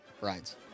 rides